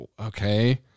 Okay